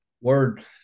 Word